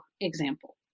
example